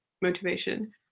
motivation